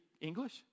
English